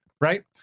Right